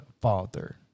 father